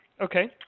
Okay